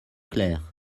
clairs